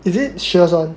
is it Shears [one]